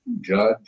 judge